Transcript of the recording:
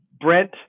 brent